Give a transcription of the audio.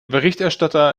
berichterstatter